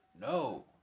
no